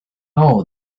all